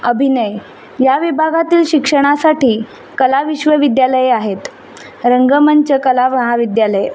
अभिनय या विभागातील शिक्षणासाठी कला विश्वविद्यालये आहेत रंगमंच कला महाविद्यालये